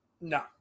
No